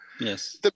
Yes